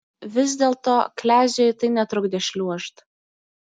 vis dėlto kleziui tai netrukdė šliuožt